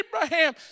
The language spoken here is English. Abraham